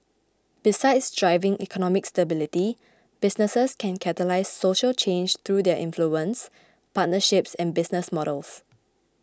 besides driving economic stability businesses can catalyse social change through their influence partnerships and business models